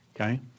okay